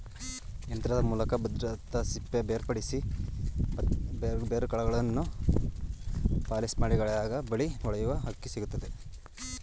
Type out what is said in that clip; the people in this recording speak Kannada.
ಯಂತ್ರದ ಮೂಲಕ ಭತ್ತದಸಿಪ್ಪೆ ಬೇರ್ಪಡಿಸಿ ಬರೋಕಾಳನ್ನು ಪಾಲಿಷ್ಮಾಡಿದಾಗ ಬಿಳಿ ಹೊಳೆಯುವ ಅಕ್ಕಿ ಸಿಕ್ತದೆ